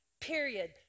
period